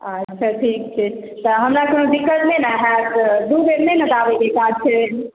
अच्छा ठीक छै तऽ हमरा कोनो दिक़्क़त नहि ने हैत दू बेर नहि ने दाबयके काज छै